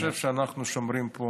ואני חושב שאנחנו שומרים פה